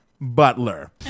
Butler